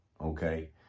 okay